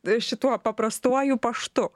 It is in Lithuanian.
šituo paprastuoju paštu